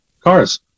cars